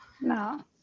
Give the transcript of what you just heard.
No